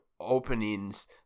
openings